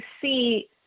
see